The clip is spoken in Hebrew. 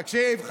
תקשיב,